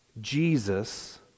Jesus